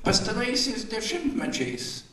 pastaraisiais dešimtmečiais